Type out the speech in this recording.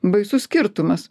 baisus skirtumas